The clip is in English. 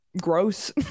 Gross